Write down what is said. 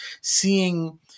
seeing